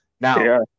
Now